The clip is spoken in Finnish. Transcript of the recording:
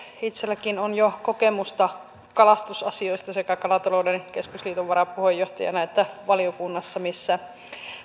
itsellänikin on jo kokemusta kalastusasioista sekä kalatalouden keskusliiton varapuheenjohtajana että valiokunnassa missä